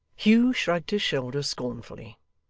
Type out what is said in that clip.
hugh shrugged his shoulders scornfully,